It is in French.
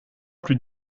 plus